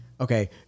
okay